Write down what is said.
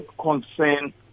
concern